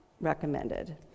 recommended